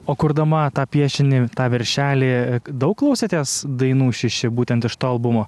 o kurdama tą piešinį viršelį daug klausėtės dainų šiši būtent iš to albumo